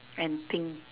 and pink